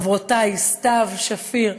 חברותיי סתיו שפיר,